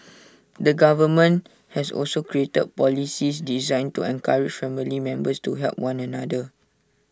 the government has also created policies designed to encourage family members to help one another